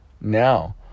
now